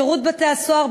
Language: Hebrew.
שירות בתי-הסוהר,